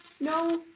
no